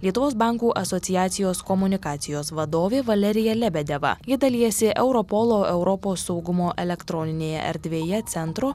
lietuvos bankų asociacijos komunikacijos vadovė valerija lebedeva ji dalijasi europolo europos saugumo elektroninėje erdvėje centro